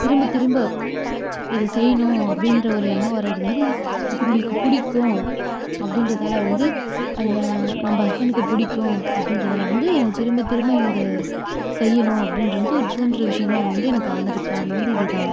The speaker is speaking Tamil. திரும்ப திரும்ப இது செய்யணும் அப்படின்ற ஒரு எண்ணம் வரது வந்து இப்போ உங்களுக்கு பிடிக்கும் அப்படின்றதால வந்து அந்த நம்ம ஹஸ்பண்டுக்கு பிடிக்கும் அப்படின்றதால வந்து எனக்கு திரும்ப திரும்ப இந்த செய்யணும் அப்படின்றது ஒரு தூண்டுற விஷயமா வந்து எனக்கு ஆனதுக்கு காரணம் வந்து இதுதான்